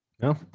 No